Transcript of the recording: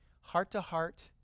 heart-to-heart